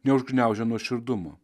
neužgniaužia nuoširdumo